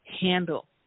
handle